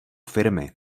firmy